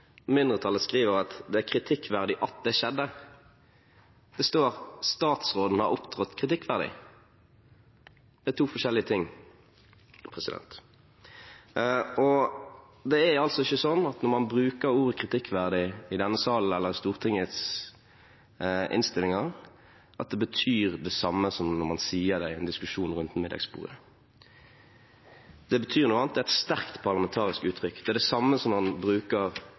mindretallet skriver at det er kritikkverdig at det skjedde. Det står at statsråden har opptrådt kritikkverdig. Det er to forskjellige ting, og det er ikke sånn at når man bruker ordet «kritikkverdig» i denne salen eller i Stortingets innstillinger, betyr det det samme som når man sier det i en diskusjon rundt middagsbordet. Det betyr noe annet. Det er et sterkt parlamentarisk uttrykk, det er det samme som man bruker